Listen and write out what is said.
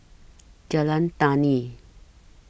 Jalan Tani